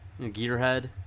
Gearhead